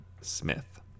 Smith